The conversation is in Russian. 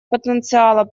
потенциала